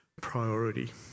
priority